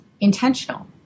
intentional